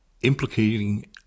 implicating